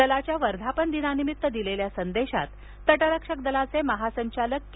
दलाच्या वर्धापन दिनानिमित्त दिलेल्या संदेशात तटरक्षक दलाचे महासंचालक के